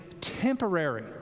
temporary